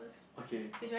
okay